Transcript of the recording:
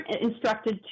instructed